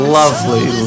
lovely